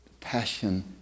passion